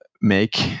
make